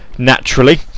naturally